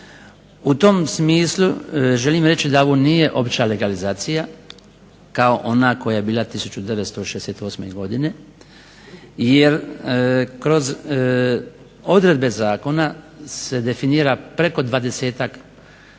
U tom smislu želim reći da ovo nije obična legalizacija kao ona koja je bila 1968. godine jer kroz odredbe zakona se definira preko dvadesetak